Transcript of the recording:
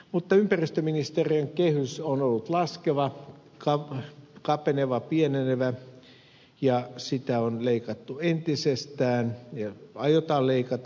mutta ympäristöministeriön kehys on ollut laskeva kapeneva pienenevä ja sitä on leikattu entisestään ja aiotaan leikata